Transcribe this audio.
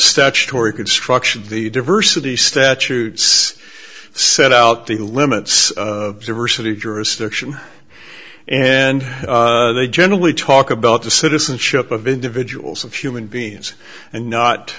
statutory construction the diversity statutes set out the limits of versity jurisdiction and they generally talk about the citizenship of individuals of human beings and